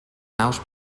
naus